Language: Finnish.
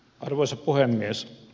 arvoisa puhemies